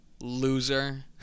loser